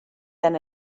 than